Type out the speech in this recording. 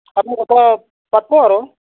আপুনি কথা পাতিব আৰু